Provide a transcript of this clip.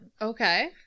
Okay